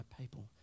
people